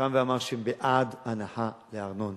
קם ואמר שהם בעד הנחה בארנונה.